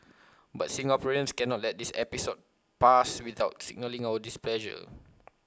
but Singaporeans cannot let this episode pass without signalling our displeasure